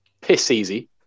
piss-easy